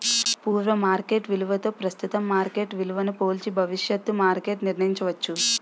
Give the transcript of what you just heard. పూర్వ మార్కెట్ విలువతో ప్రస్తుతం మార్కెట్ విలువను పోల్చి భవిష్యత్తు మార్కెట్ నిర్ణయించవచ్చు